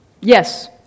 Yes